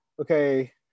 Okay